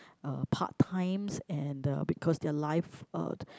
uh part times and uh because their life uh